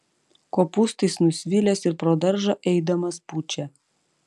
kopūstais nusvilęs ir pro daržą eidamas pučia